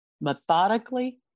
methodically